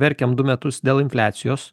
verkiam du metus dėl infliacijos